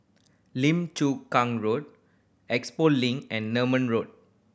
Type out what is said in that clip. Lim Chu Kang Road Expo Link and Nerman Road